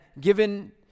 given